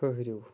ٹھٔہرِو